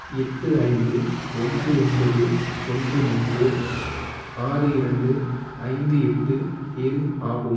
எட்டு ஐந்து ஒன்று ஒன்பது ஒன்று மூன்று ஆறு இரண்டு ஐந்து எட்டு ஏழு ஆகும்